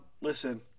Listen